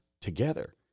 together